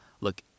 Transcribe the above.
look